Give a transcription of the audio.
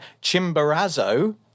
Chimborazo